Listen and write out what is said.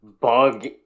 bug